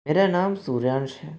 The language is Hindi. मेरा नाम सूर्यांश है